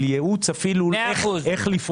אפילו איך לפעול.